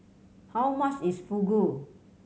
how much is Fugu